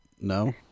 no